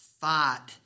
thought